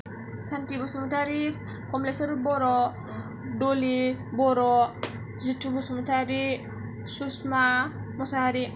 सान्थि बसुमतारी खम्लेसर बर' दलि बर' जिथु बसुमतारी सुसमा मुसाहारि